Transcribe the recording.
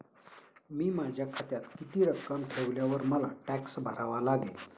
मी माझ्या खात्यात किती रक्कम ठेवल्यावर मला टॅक्स भरावा लागेल?